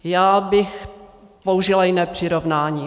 Já bych použila jiné přirovnání.